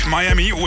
Miami